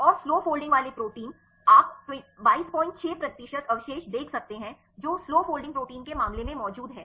और slow folding वाले protein आप 226 प्रतिशत अवशेष देख सकते हैं जो स्लो फोल्डिंग प्रोटीन के मामले में मौजूद हैं